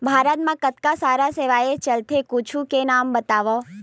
भारत मा कतका सारा सेवाएं चलथे कुछु के नाम लिखव?